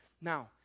Now